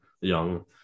young